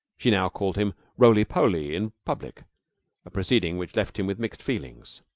she now called him roly-poly in public a proceeding which left him with mixed feelings.